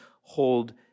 hold